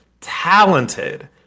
talented